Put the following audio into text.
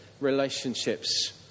relationships